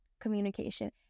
communication